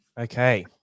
Okay